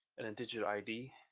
and then digital id,